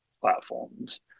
platforms